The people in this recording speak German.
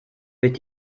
wird